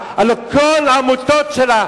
יש לה עמותות של צדקה,